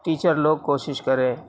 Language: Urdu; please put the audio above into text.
ٹیچر لوگ کوشش کریں